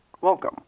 welcome